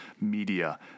media